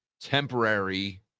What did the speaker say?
temporary